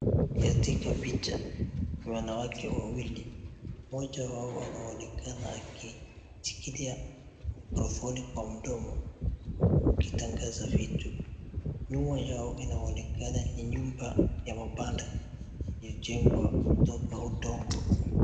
Katika picha ni wanawake wawili mmoja wao anaonekana akishikilia mikrofoni kwa mdomo huku wakitangaza vitu nyuma yao inaonekana ni nyumba ya mabanda iliyojenga kutoka udongo.